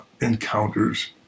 encounters